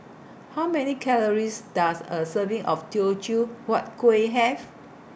How Many Calories Does A Serving of Teochew Huat Kueh Have